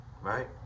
right